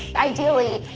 ideally,